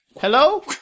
Hello